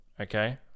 okay